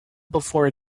before